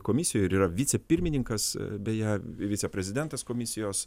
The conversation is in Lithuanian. komisijoje ir yra vicepirmininkas beje viceprezidentas komisijos